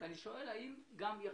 אני שואל, האם הם יחזרו.